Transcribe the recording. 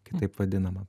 kitaip vadinama